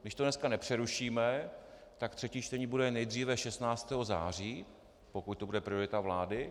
Když to dneska nepřerušíme, tak třetí čtení bude nejdříve 16. září, pokud to bude priorita vlády.